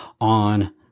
on